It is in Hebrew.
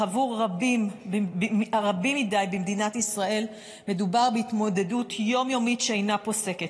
אך בעבור רבים מדי במדינת ישראל מדובר בהתמודדות יום-יומית שאינה פוסקת.